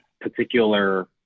particular